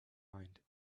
mind